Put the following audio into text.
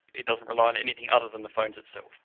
it doesn't rely on anything other than the phones itself.